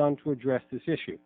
done to address this issue